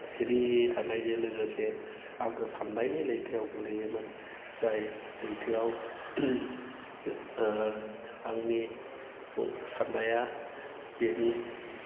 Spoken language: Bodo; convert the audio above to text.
सिरियै थानायजों लोगोसे आङो साननायनि लैथोआव गोग्लैयोमोन जाय लैथोआव आंनि साननाया बेनि